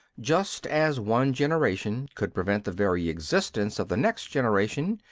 just as one generation could prevent the very existence of the next generation,